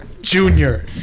Junior